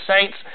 saints